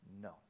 No